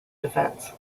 defence